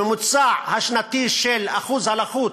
הממוצע השנתי של אחוזי הלחות